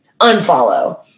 Unfollow